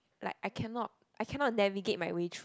like I cannot I cannot navigate my way through